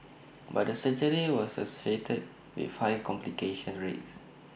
but the surgery was associated with high complication rates